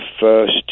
first